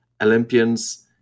Olympians